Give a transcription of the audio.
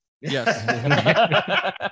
Yes